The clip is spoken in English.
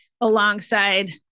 alongside